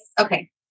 Okay